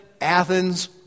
Athens